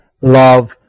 love